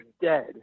dead